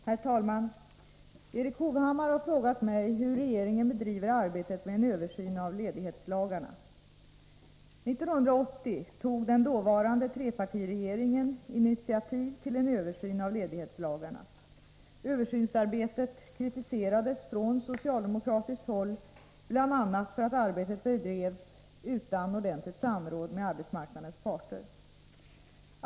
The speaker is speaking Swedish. Herr talman! Erik Hovhammar har frågat mig hur regeringen bedriver arbetet med en översyn av ledighetslagarna. 1980 tog den dåvarande trepartiregeringen initiativ till en översyn av ledighetslagarna. Översynsarbetet kritiserades från socialdemokratiskt håll bl.a. för att arbetet bedrevs utan ordentligt samråd med arbetsmarknadens parter.